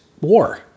war